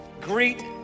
Greet